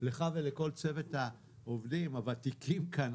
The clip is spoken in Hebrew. לך ולכל צוות העובדים הוותיקים כאן.